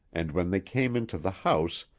and, when they came into the house,